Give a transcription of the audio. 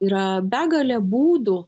yra begalė būdų